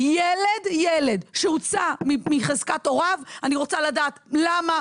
ילד ילד שהוצא מחזקת הוריו אני רוצה לדעת למה,